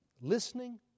Listening